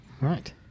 right